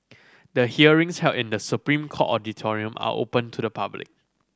the hearings held in The Supreme Court auditorium are open to the public